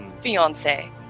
Fiance